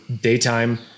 daytime